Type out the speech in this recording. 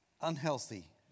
unhealthy